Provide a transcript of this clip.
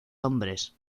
hombres